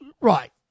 right